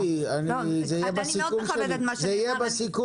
גבי, גבי, זה יהיה בסיכום, זה יופיע.